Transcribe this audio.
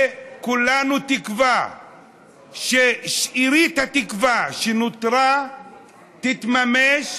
וכולנו תקווה ששארית התקווה שנותרה תתממש,